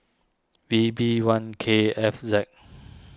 V B one K F Z